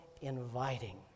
inviting